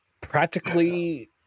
practically